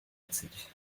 exit